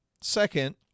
Second